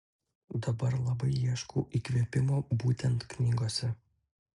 dabar labai ieškau įkvėpimo būtent knygose